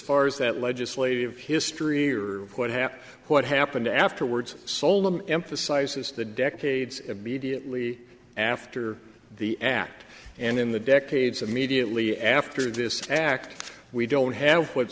far as that legislative history are quite happy what happened afterwards solem emphasizes the decades immediately after the act and in the decades immediately after this act we don't have what